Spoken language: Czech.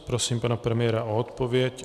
Prosím pana premiéra o odpověď.